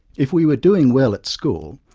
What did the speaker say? if we were doing well at school,